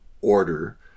order